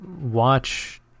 watch